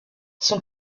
son